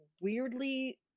weirdly